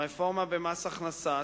הרפורמה במס הכנסה,